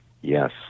Yes